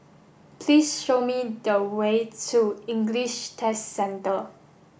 please show me the way to English Test Centre